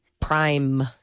Prime